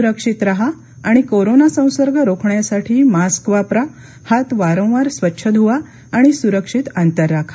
सूरक्षित राहा आणि कोरोना संसर्ग रोखण्यासाठी मास्क वापरा हात वारंवार स्वच्छ धुवा आणि सुरक्षित अंतर राखा